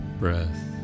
breath